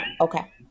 Okay